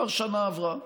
כבר שנה עברה.